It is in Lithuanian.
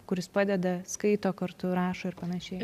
kuris padeda skaito kartu rašo ir panašiai